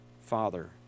Father